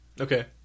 Okay